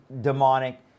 demonic